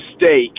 mistake